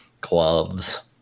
Gloves